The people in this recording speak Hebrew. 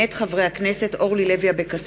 מאת חברי הכנסת דוד צור,